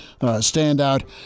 standout